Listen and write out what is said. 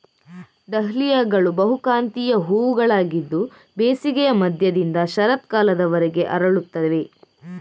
ಡಹ್ಲಿಯಾಗಳು ಬಹುಕಾಂತೀಯ ಹೂವುಗಳಾಗಿದ್ದು ಬೇಸಿಗೆಯ ಮಧ್ಯದಿಂದ ಶರತ್ಕಾಲದವರೆಗೆ ಅರಳುತ್ತವೆ